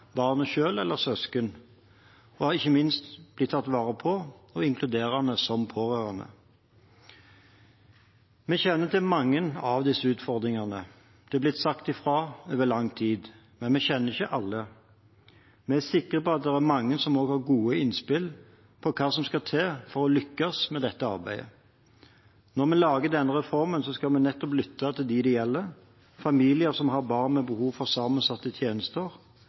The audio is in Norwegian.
barnet selv eller søsken. Og ikke minst skal de bli tatt vare på og inkludert som pårørende. Vi kjenner til mange av disse utfordringene – det har blitt sagt fra over lang tid – men vi kjenner ikke alle. Vi er sikre på at det er mange som har gode innspill på hva som skal til for å lykkes med dette arbeidet. Når vi lager denne reformen, skal vi lytte til dem det gjelder: familier som har barn med behov for sammensatte tjenester,